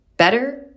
Better